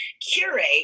curate